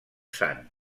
sant